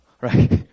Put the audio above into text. right